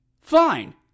Fine